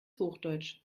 hochdeutsch